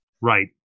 right